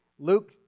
Luke